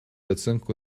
оценку